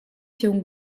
się